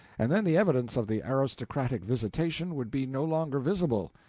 and then the evidence of the aristocratic visitation would be no longer visible.